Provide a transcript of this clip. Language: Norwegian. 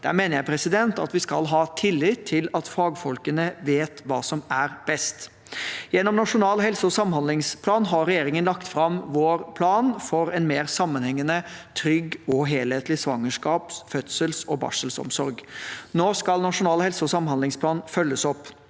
Der mener jeg vi skal ha tillit til at fagfolkene vet hva som er best. Gjennom Nasjonal helse- og samhandlingsplan har regjeringen lagt fram vår plan for en mer sammenhengende, trygg og helhetlig svangerskaps-, fødsels- og barselomsorg. Nå skal Nasjonal helse- og samhandlingsplan følges opp.